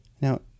Now